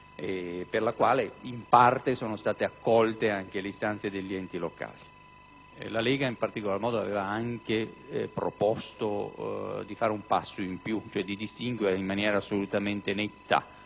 per la quale in parte sono state accolte anche le istanze degli enti locali. La Lega, in particolar modo, aveva anche proposto di fare un passo in più, ossia di distinguere in maniera assolutamente netta